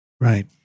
Right